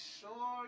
sure